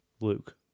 Luke